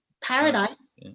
paradise